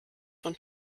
von